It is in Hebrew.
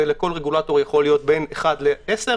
ולכל רגולטור יכולים להיות בין 1 ל-10,